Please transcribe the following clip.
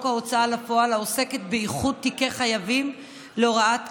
ההוצאה לפועל העוסקת באיחוד תיקי חייבים להוראת קבע,